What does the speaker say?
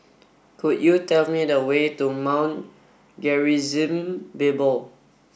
could you tell me the way to Mount Gerizim Bible